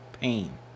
pain